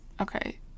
okay